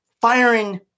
firing